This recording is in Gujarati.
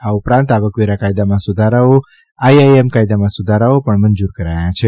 આ ઉપરાંત આવકવેરા કાયદામાં સુધારાઓ આઇઆઇએમ કાથદામાં સુધારાઓ પણ મંજૂર કરાયા છે